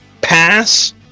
pass